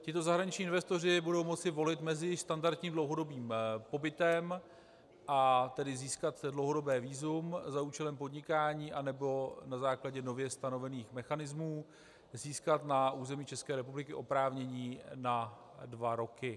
Tito zahraniční investoři budou moci volit mezi standardním dlouhodobým pobytem, a tedy získat dlouhodobé vízum za účelem podnikání, anebo na základě nově stanovených mechanismů získat na území České republiky oprávnění na dva roky.